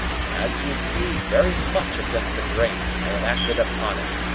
as you see, very much against the grain, i have acted upon it.